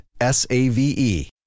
S-A-V-E